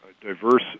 diverse